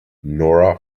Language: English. nora